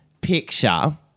picture